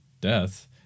Death